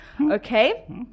Okay